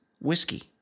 whiskey